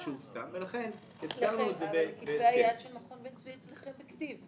שהוסכם ולכן --- אבל כתבי היד של מכון בן צבי אצלכם ב'כתיב'.